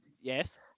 Yes